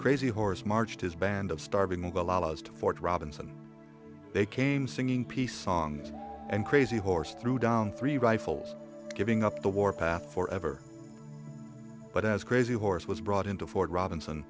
crazy horse marched his band of starving move to fort robinson they came singing peace songs and crazy horse threw down three rifles giving up the warpath for ever but as crazy horse was brought into fort robinson